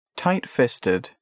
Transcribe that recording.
tight-fisted